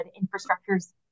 infrastructure's